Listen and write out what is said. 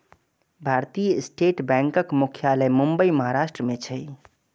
भारतीय स्टेट बैंकक मुख्यालय मुंबई, महाराष्ट्र मे छै